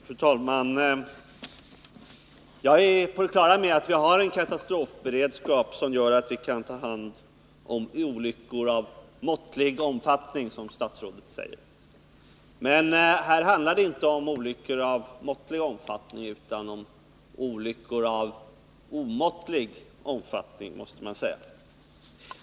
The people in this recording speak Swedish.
Fru talman! Jag är på det klara med att vi har en katastrofberedskap som gör att vi kan ta hand om olyckor av ”måttlig omfattning”, som statsrådet säger. Men här handlar det inte om olyckor av måttlig omfattning utan om olyckor av omåttlig omfattning, måste man säga.